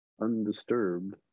undisturbed